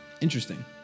interesting